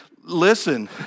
Listen